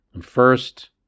First